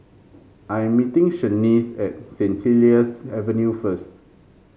I am meeting Shaniece at Saint Helier's Avenue first